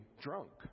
drunk